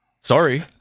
Sorry